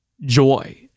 joy